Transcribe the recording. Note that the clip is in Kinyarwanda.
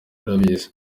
arabizi